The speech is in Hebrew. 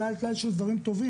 טלאי על טלאי של דברים טובים.